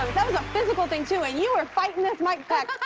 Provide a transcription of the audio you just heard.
physical thing, too. and you were fighting this mic pack.